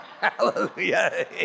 Hallelujah